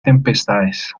tempestades